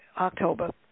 October